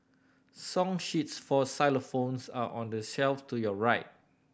song sheets for xylophones are on the shelf to your right